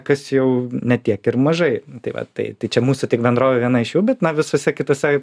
kas jau ne tiek ir mažai tai va tai čia mūsų tik bendrovė viena iš jų bet na visose kitose